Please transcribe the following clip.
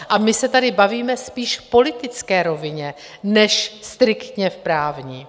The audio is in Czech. A my se tady bavíme spíš v politické rovině než ve striktně právní.